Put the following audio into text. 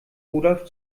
rudolf